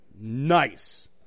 Nice